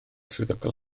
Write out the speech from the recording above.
swyddogol